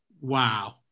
wow